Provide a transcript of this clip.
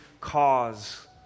cause